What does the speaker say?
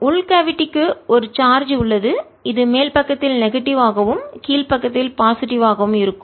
உள் கேவிட்டிக்கு குழி ஒரு சார்ஜ் உள்ளது இது மேல் பக்கத்தில் நெகட்டிவ் எதிர்மறை யாகவும் கீழ் பக்கத்தில் பாசிட்டிவ் நேர்மறை யாகவும் இருக்கும்